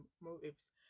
motives